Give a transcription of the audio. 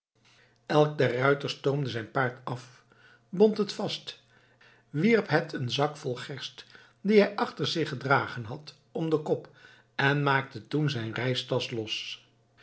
elk der ruiters toomde zijn paard af bond het vast wierp het een zak vol gerst dien hij achter zich gehad had om den kop en maakte toen zijn reistasch los